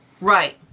Right